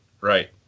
right